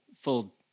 full